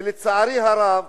ולצערי הרב,